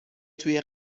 توی